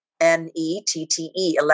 n-e-t-t-e